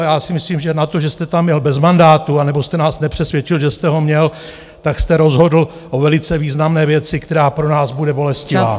A já si myslím, že na to, že jste tam jel bez mandátu, anebo jste nás nepřesvědčil, že jste ho měl, tak jste rozhodl o velice významné věci, která pro nás bude bolestivá.